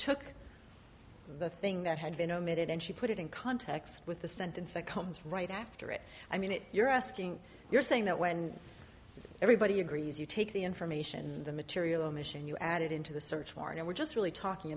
took the thing that had been omitted and she put it in context with the sentence that comes right after it i mean it you're asking you're saying that when everybody agrees you take the information the material mission you add it into the search warrant or we're just really talking